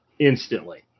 Instantly